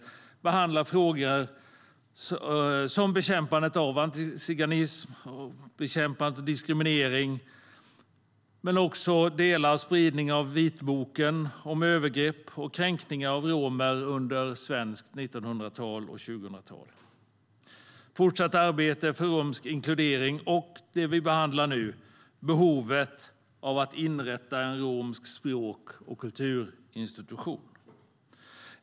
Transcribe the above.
Den behandlar frågor som bekämpandet av antiziganism och diskriminering men också spridning av vitboken om övergrepp och kränkningar av romer under svenskt 1900-tal och 2000-tal, fortsatt arbete för romsk inkludering och det vi behandlar nu, behovet av att inrätta en romsk språk och kulturinstitution.